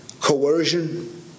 Coercion